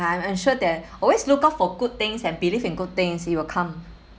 I'm I'm sure that always look out for good things and believe in good things it will come